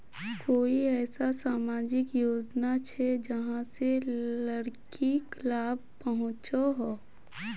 कोई ऐसा सामाजिक योजना छे जाहां से लड़किक लाभ पहुँचो हो?